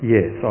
Yes